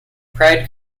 pride